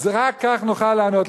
רק כך נוכל לענות.